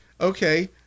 Okay